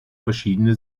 verschiedene